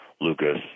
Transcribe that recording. Lucas